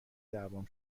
دعوام